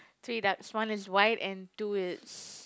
three ducks one is white and two is